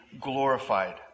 glorified